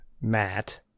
Matt